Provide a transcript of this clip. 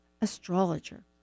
astrologer